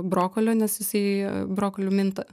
brokolio nes jisai brokoliu minta